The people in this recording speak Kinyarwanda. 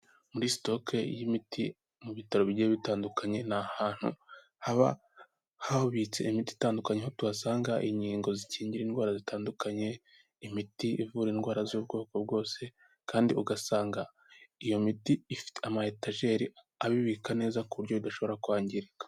Muri sitoke y'imiti mu bitaro bigiye bitandukanye, ni ahantu haba habitse imiti itandukanye, tuhasanga inkingo zikingira indwara zitandukanye, imiti ivura indwara z'ubwoko bwose, kandi ugasanga iyo miti ifite ama etajeri abibika neza ku buryo idashobora kwangirika.